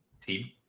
team